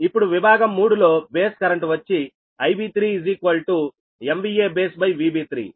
ఇప్పుడు విభాగం 3 లో బేస్ కరెంట్ వచ్చి IB3 MVA baseVB3అనగా 0